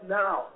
now